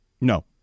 No